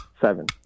Seven